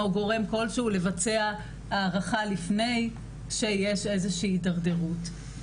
או גורם כלשהו לבצע הערכה לפני שיש איזושהי הדרדרות.